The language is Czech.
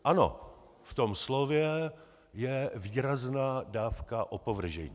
Ano, v tom slově je výrazná dávka opovržení.